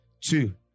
two